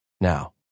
now